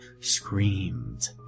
screamed